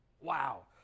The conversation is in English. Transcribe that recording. Wow